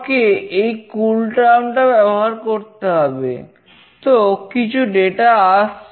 তোমাকে এই কুলটার্ম আসছে